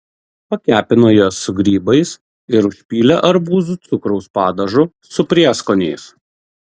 pakepino jas su grybais ir užpylė arbūzų cukraus padažu su prieskoniais